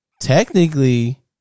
Technically